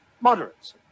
moderates